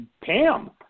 Pam